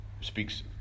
speaks